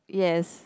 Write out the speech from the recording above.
yes